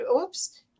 oops